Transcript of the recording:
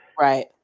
Right